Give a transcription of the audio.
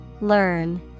Learn